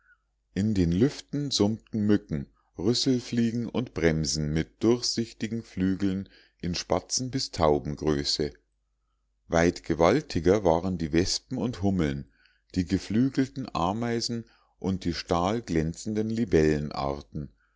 in den lüften summten mücken rüsselfliegen und bremsen mit durchsichtigen flügeln in spatzen bis taubengröße weit gewaltiger waren die wespen und hummeln die geflügelten ameisen und die stahlglänzenden libellenarten